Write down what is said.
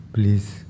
Please